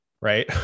right